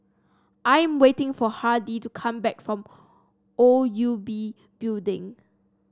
I am waiting for Hardie to come back from O U B Building